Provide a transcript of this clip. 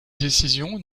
décisions